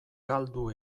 galdu